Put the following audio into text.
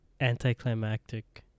anticlimactic